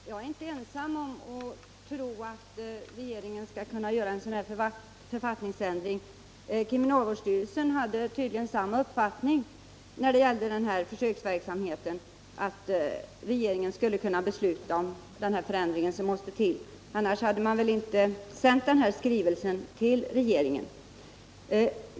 Herr talman! Jag är inte ensam om att tro att regeringen skall kunna göra en sådan här författningsändring. Kriminalvårdsstyrelsen hade tydligen också den uppfattningen när det gäller den här försöksverksamheten att regeringen skulle kunna besluta om den ändring som måste till. Annars hade man vil inte sänt den här skrivelsen ull regeringen.